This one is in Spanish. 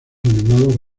animados